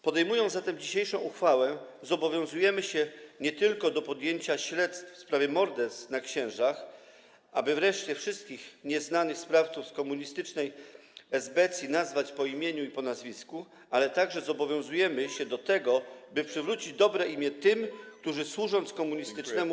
Podejmując zatem dzisiejszą uchwałę, zobowiązujemy się nie tylko do podjęcia śledztw w sprawie morderstw księży, aby wreszcie wszystkich tzw. nieznanych sprawców z komunistycznej SB nazwać po imieniu i nazwisku, ale także zobowiązujemy się do tego, by przywrócić dobre imię tym, którzy służyli komunistycznemu.